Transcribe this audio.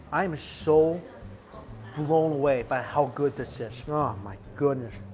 i'm so blown away by how good this is oh um my goodness